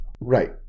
Right